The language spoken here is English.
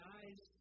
eyes